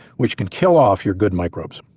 which can kill off your good microbes.